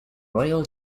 royal